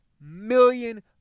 million